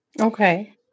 Okay